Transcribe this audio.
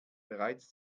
bereits